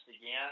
again